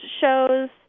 shows